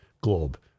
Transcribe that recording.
globe